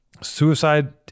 suicide